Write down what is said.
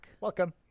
welcome